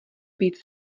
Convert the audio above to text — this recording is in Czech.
být